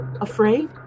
Afraid